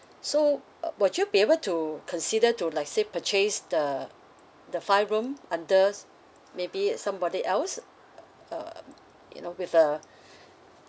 so uh would you be able to consider to like say purchase the the five room under maybe somebody else uh you know with the